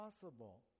possible